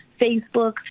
Facebook